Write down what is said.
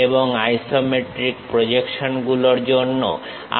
এবং আইসোমেট্রিক প্রজেকশনগুলোর জন্য আমাদের কি করতে হয়